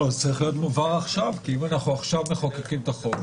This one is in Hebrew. זה צריך להיות מובהר עכשיו כי אם אנחנו עכשיו מחוקקים את החוק,